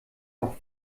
auch